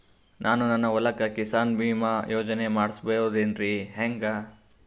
ನಾನು ನನ್ನ ಹೊಲಕ್ಕ ಕಿಸಾನ್ ಬೀಮಾ ಯೋಜನೆ ಮಾಡಸ ಬಹುದೇನರಿ ಹೆಂಗ?